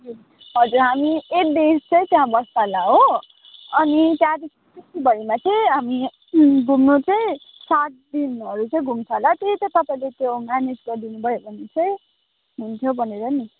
हजुर हामी eight days चाहिँ त्यहाँ बस्छ होला हो अनि त्यहाँदेखि छुट्टिभरिमा चाहिँ हामी घुम्नु चाहिँ सात दिनहरू चाहिँ घुम्छ होला त्यही त तपाईँले त्यो म्यानेज गरिदिनु भयो भने चाहिँ हुन्थ्यो भनेर नि